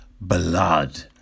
blood